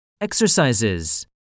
Exercises